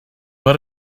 but